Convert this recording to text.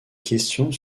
questions